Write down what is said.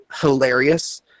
hilarious